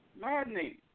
maddening